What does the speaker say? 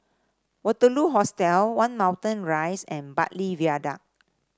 Waterloo Hostel One Moulmein Rise and Bartley Viaduct